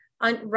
On